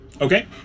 Okay